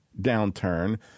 downturn